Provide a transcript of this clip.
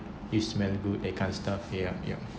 you smell good that kind of stuff yup yup